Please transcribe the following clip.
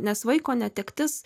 nes vaiko netektis